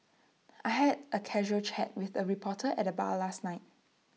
I had A casual chat with A reporter at the bar last night